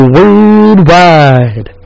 Worldwide